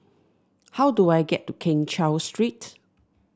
how do I get to Keng Cheow Street